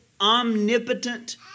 omnipotent